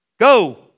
Go